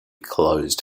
closed